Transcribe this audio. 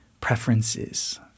preferences